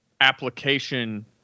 application